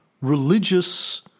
religious